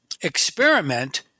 experiment